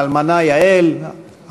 האלמנה יעל,